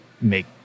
make